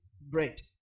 bread